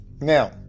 Now